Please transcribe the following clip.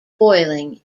boiling